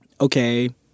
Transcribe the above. okay